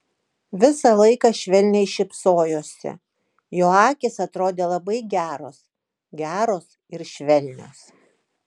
visą laiką švelniai šypsojosi jo akys atrodė labai geros geros ir švelnios